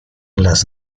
las